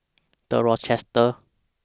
The Rochester